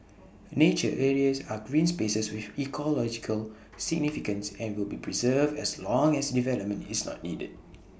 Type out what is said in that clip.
nature areas are green spaces with ecological significance and will be preserved as long as development is not needed